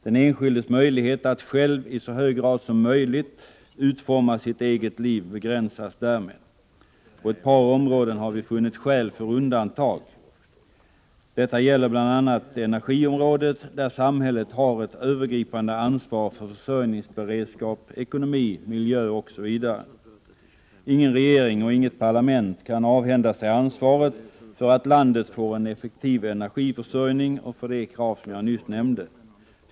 Den enskildes möjlighet att själv i så hög grad som möjligt utforma sitt eget liv begränsas därmed. På ett par områden har vi funnit skäl för undantag. Detta gäller bl.a. energiområdet, där samhället har ett övergripande ansvar för försörjningsberedskap, ekonomi, miljö osv. Ingen regering och inget parlament kan avhända sig ansvaret för att landet får en effektiv energiförsörjning och för de krav som jag nyss nämnde.